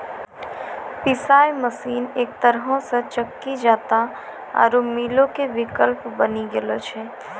पिशाय मशीन एक तरहो से चक्की जांता आरु मीलो के विकल्प बनी गेलो छै